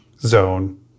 zone